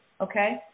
Okay